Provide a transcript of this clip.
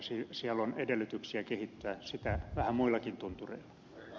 siellä on edellytyksiä kehittää sitä vähän muillakin tunturi